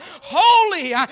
holy